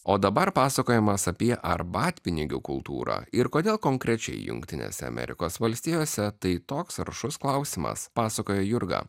o dabar pasakojimas apie arbatpinigių kultūrą ir kodėl konkrečiai jungtinėse amerikos valstijose tai toks aršus klausimas pasakoja jurga